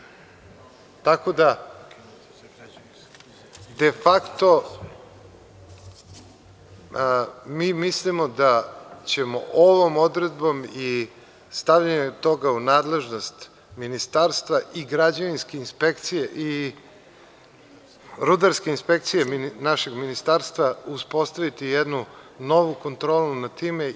Tako da, de fakto mi mislimo da ćemo ovom odredbom i stavljanje toga u nadležnost Ministarstva i građevinske inspekcije i rudarske inspekcije našeg Ministarstva uspostaviti jednu novu kontrolu nad time.